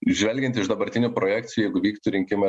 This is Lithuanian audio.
žvelgiant iš dabartinių projekcijų jeigu vyktų rinkimai